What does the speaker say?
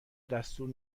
دستور